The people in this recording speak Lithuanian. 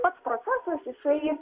pats procesas jisai